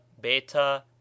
beta